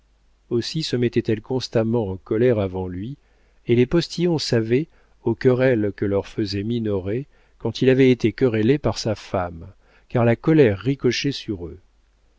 aussi se mettait elle constamment en colère avant lui et les postillons savaient aux querelles que leur faisait minoret quand il avait été querellé par sa femme car la colère ricochait sur eux